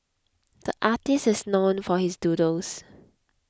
the artist is known for his doodles